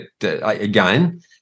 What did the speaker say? again